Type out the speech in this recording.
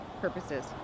purposes